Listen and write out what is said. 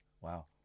wow